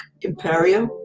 imperium